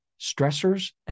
stressors